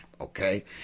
Okay